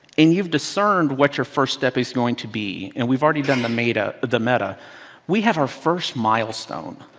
and you've discerned what your first step is going to be, and we've already done the meta the meta we have our first milestone.